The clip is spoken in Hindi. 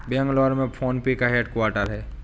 बेंगलुरु में फोन पे का हेड क्वार्टर हैं